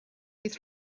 bydd